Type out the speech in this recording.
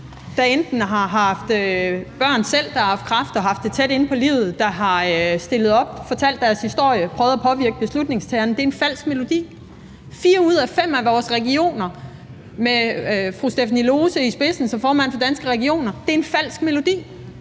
der selv har haft børn, der har haft kræft, og haft det tæt inde på livet, og som har stillet op og fortalt deres historie og prøvet at påvirke beslutningstagerne, kommer med en falsk melodi. Fire ud af fem af vores regioner med fru Stephanie Lose i spidsen som formand for Danske Regioner kommer altså med en falsk melodi.